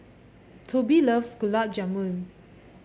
Tobie loves Gulab Jamun